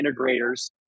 integrators